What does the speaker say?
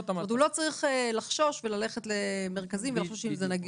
הוא לא צריך לחשוש ללכת למרכזים ולחשוב אם זה נגיש או לא.